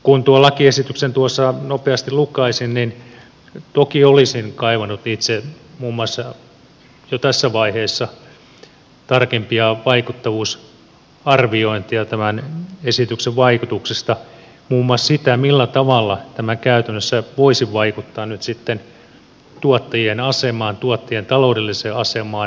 kun tuon lakiesityksen tuossa nopeasti lukaisin niin toki olisin kaivannut itse muun muassa jo tässä vaiheessa tarkempia vaikuttavuusarviointeja tämän esityksen vaikutuksista muun muassa sitä millä tavalla tämä käytännössä voisi vaikuttaa nyt sitten tuottajien asemaan tuottajien taloudelliseen asemaan